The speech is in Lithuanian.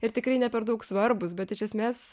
ir tikrai ne per daug svarbūs bet iš esmės